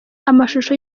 amashusho